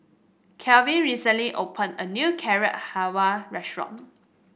Kevin recently opened a new Carrot Halwa Restaurant